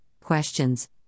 questions